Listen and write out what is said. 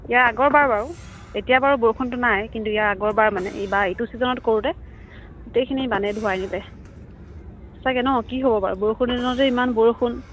ইয়াৰ আগৰবাৰ বাৰু এতিয়া বাৰু বৰষুণটো নাই কিন্তু ইয়াৰ আগৰবাৰ মানে ইবাৰ ইটো ছিজনত কৰোঁতে গোটেইখিনি বানে ধুৱাই নিলে সঁচাকৈ নহ্ কি হ'ব বাৰু বৰষুণৰ দিনতে ইমান বৰষুণ